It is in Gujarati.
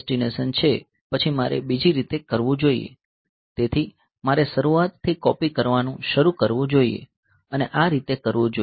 પછી મારે બીજી રીતે કરવું જોઈએ તેથી મારે શરૂઆતથી કોપી કરવાનું શરૂ કરવું જોઈએ અને આ રીતે કરવું જોઈએ